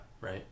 Right